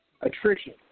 attrition